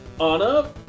Anna